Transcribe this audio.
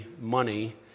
money